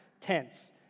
tense